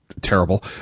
terrible